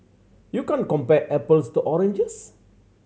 you can't compare apples to oranges